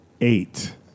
eight